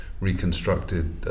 reconstructed